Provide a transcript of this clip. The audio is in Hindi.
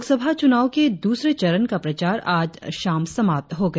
लोकसभा चुनाव के दूसरे चरण का प्रचार आज शाम समाप्त हो गया